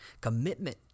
Commitment